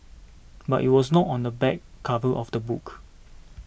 but it was not on the back cover of the book